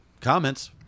Comments